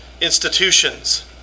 institutions